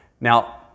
Now